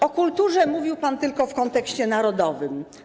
O kulturze mówił pan tylko w kontekście narodowym.